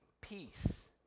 peace